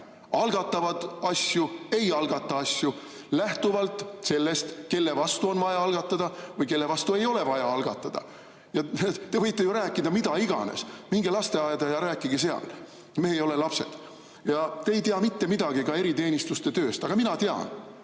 Algatavad asju, ei algata asju – lähtuvalt sellest, kelle vastu on vaja algatada või kelle vastu ei ole vaja algatada. Te võite ju rääkida mida iganes. Minge lasteaeda ja rääkige seal! Me ei ole lapsed. Ja te ei tea mitte midagi ka eriteenistuste tööst. Aga mina tean,